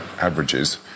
averages